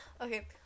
Okay